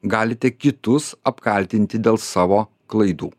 galite kitus apkaltinti dėl savo klaidų